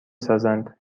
سازند